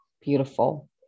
Beautiful